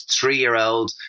three-year-old